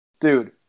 Dude